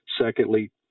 Secondly